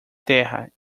terra